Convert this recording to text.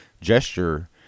Gesture